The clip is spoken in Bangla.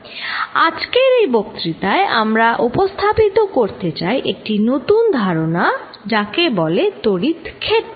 আজকের এই বক্তৃতায় আমরা উপস্থাপিত করতে চাই একটি নতুন ধারণা যাকে বলে তড়িৎ ক্ষেত্র